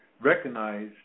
recognize